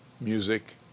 music